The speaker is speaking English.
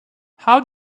how